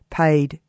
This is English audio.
paid